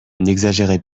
n’exagérez